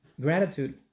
gratitude